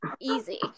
easy